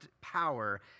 power